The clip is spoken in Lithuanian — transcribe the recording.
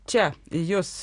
čia į jus